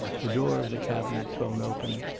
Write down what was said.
the door of the cabinet thrown open,